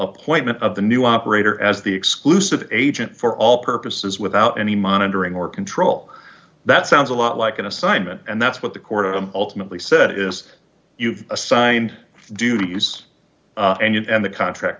appointment of the new operator as the exclusive agent for all purposes without any monitoring or control that sounds a lot like an assignment and that's what the court ultimately said is you've assigned duties and the contract